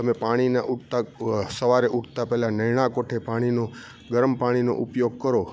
તમે પાણીને ઉઠતાં સવારે ઉઠતાં પહેલા નરણા કોઠે પાણીનો ગરમ પાણીનો ઉપયોગ કરો